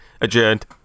adjourned